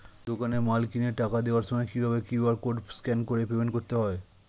দোকানে মাল কিনে টাকা দেওয়ার সময় কিভাবে কিউ.আর কোড স্ক্যান করে পেমেন্ট করতে হয়?